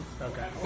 Okay